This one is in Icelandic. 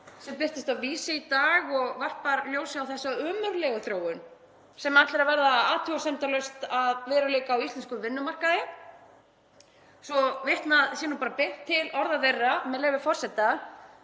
sem birtist á Vísi í dag og varpar ljósi á þessa ömurlegu þróun sem ætlar að verða athugasemdalaust að veruleika á íslenskum vinnumarkaði. Svo vitnað sé beint til orða þeirra, með leyfi forseta: